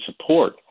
support